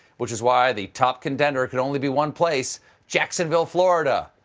which is why the top contender could only be one place jacksonville, florida!